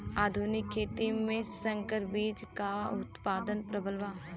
आधुनिक खेती में संकर बीज क उतपादन प्रबल बा